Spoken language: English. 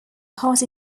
part